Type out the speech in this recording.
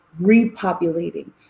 repopulating